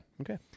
Okay